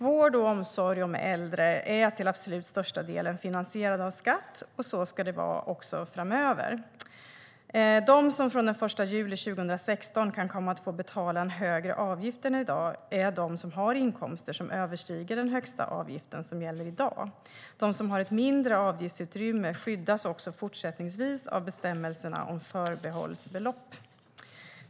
Vården och omsorgen om äldre är till absolut största delen finansierad av skatt, och så ska det också vara framöver. De som från den 1 juli 2016 kan komma att få betala en högre avgift än i dag är de som har inkomster som överstiger den högsta avgiften som gäller i dag. De som har ett mindre avgiftsutrymme skyddas också fortsättningsvis av bestämmelserna om förbehållsbelopp.